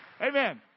Amen